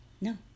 No